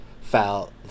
foul